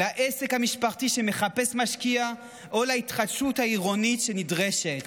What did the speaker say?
לעסק המשפחתי שמחפש משקיע או להתחדשות העירונית שנדרשת,